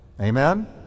Amen